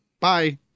bye